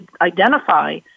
identify